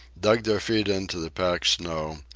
dug their feet into the packed snow,